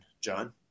John